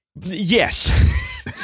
Yes